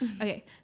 Okay